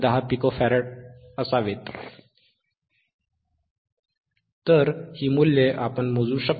तर ही मूल्ये आपण मोजू शकतो